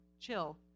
chill